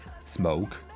smoke